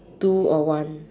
two or one